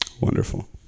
Wonderful